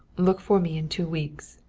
look for me in two weeks.